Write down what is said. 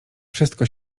wszystko